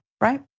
right